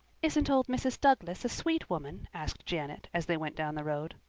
isn't old mrs. douglas a sweet woman? asked janet, as they went down the road.